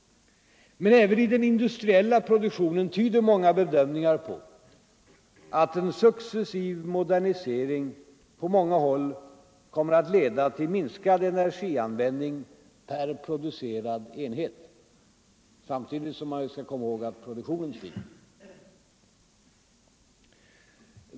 Men även i den industriella produktionen tyder många bedömningar på att en successiv modernisering på många håll kommer att leda till minskad energianvändning per producerad enhet. Samtidigt skall man ju komma ihåg att produktionen stiger.